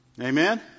Amen